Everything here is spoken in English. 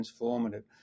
transformative